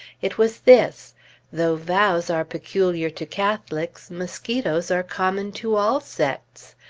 it was this though vows are peculiar to catholics, mosquitoes are common to all sects.